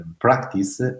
practice